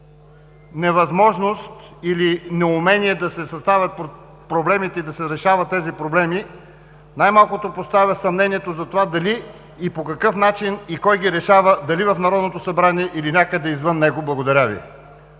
невъзможност или неумение да се създават проблемите и да се решават тези проблеми, най-малкото поставя съмнението за това дали, по какъв начин и кой ги решава – дали в Народното събрание или някъде извън него. Благодаря Ви.